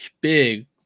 big